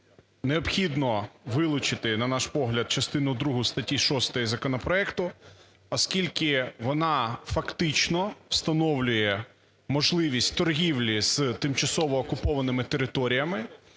Необхідно вилучити, на наш погляд, частину другу статті 6 законопроекту, оскільки вона фактично встановлює можливість торгівлі з тимчасово окупованими територіями.